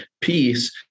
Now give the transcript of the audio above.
peace